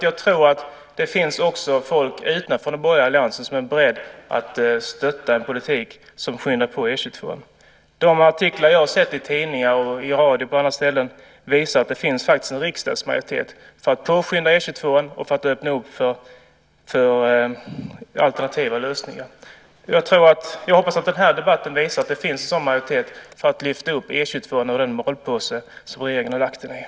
Det finns också människor utanför den borgerliga alliansen som är beredda att stötta en politik som skyndar på utbyggnaden av E 22. De artiklar jag har sett i tidningar och det jag hört i radio och på andra ställen visar att det faktiskt finns en riksdagsmajoritet för att påskynda utbyggnaden av E 22 och öppna för alternativa lösningar. Jag hoppas att den här debatten visar en sådan majoritet för att lyfta upp E 22 ur den malpåse som regeringen har lagt den i.